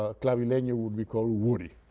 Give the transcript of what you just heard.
ah clavileno would be called woody,